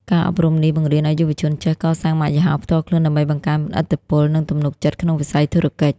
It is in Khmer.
ការអប់រំនេះបង្រៀនឱ្យយុវជនចេះ "កសាងម៉ាកយីហោផ្ទាល់ខ្លួន" ដើម្បីបង្កើនឥទ្ធិពល និងទំនុកចិត្តក្នុងវិស័យធុរកិច្ច។